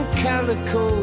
calico